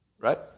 Right